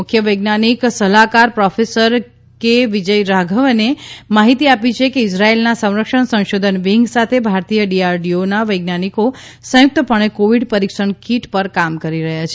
મુખ્ય વૈજ્ઞાનિક સલાહકાર પ્રોફેસર કે વિજયરાધવને માહિતી આપી કે ઇઝરાઇલના સંરક્ષણ સંશોધન વિંગ સાથે ભારતીય ડીઆરડીઓના વૈજ્ઞાનિકો સંયુક્તપણે કોવિડ પરીક્ષણ કીટ પર કામ કરી રહ્યા છે